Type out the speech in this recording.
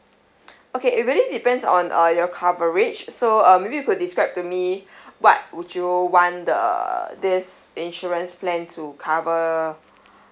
okay it really depends on uh your coverage so uh maybe you could describe to me what would you want the this insurance plan to cover